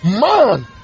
Man